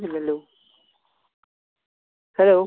ഇല്ലല്ലോ ഹലോ